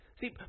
see